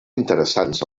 interessants